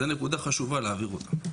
זה נקודה חשובה להבהיר אותה.